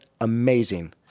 amazing